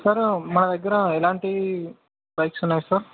sir మా దగ్గర ఎలాంటి బైక్స్ ఉన్నాయి సార్